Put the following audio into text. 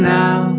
now